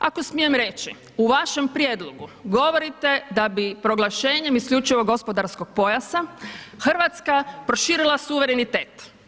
Ako smijem reći u vašem prijedlogu govorite da bi proglašenjem isključivog gospodarskog pojasa Hrvatska proširila suverenitet.